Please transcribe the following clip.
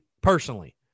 personally